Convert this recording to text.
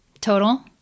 Total